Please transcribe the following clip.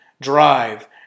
drive